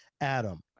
Adam